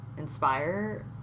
inspire